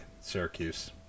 Syracuse